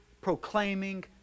proclaiming